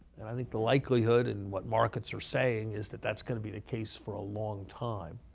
and i think the likelihood, and what markets are saying, is that that's going to be the case for a long time.